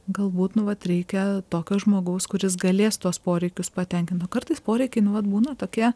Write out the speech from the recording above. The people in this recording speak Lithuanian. galbūt nu vat reikia tokio žmogaus kuris galės tuos poreikius patenkint o kartais poreikiai nu vat būna tokie